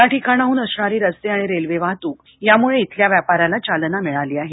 या ठिकाणाहून असणार रेस्ते आणि रेल्वे वाहतूक यामुळे इथल्या व्यापाराला चालना मिळाल आहे